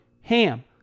HAM